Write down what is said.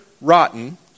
rotten